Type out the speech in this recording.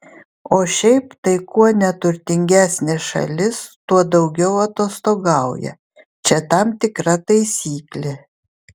o šiaip tai kuo neturtingesnė šalis tuo daugiau atostogauja čia tam tikra taisyklė